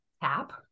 Tap